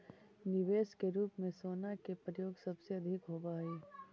निवेश के रूप में सोना के प्रयोग सबसे अधिक होवऽ हई